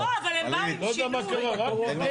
בוא, אבל הם באו עם שינוי, לשנות.